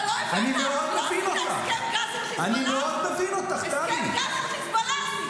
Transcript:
אתה לא הבאת, לא עשית הסכם גז עם חיזבאללה?